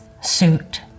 suit